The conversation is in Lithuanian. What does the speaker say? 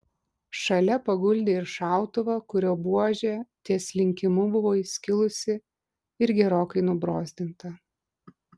šalia paguldė ir šautuvą kurio buožė ties linkimu buvo įskilusi ir gerokai nubrozdinta